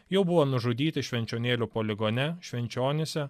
jau buvo nužudyti švenčionėlių poligone švenčionyse